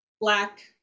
black